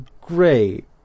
great